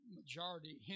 majority